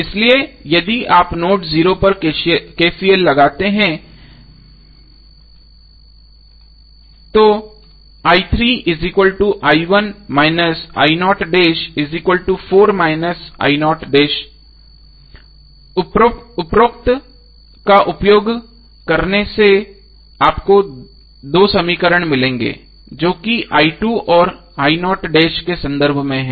इसलिए यदि आप नोड 0 पर KCL लगाते हैं उपरोक्त का उपयोग करने से आपको 2 समीकरण मिलेंगे जो किऔर के संदर्भ में हैं